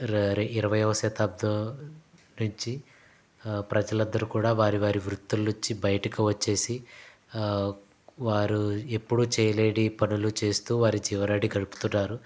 రా ఇరవైయో శతాబ్దం నుంచి ప్రజలందరు కూడా వారి వారి వృత్తులు నుంచి బయటకి వచ్చేసి వారు ఎప్పుడు చేయలేని పనులు చేస్తూ వారి జీవనాన్ని గడుపుతున్నారు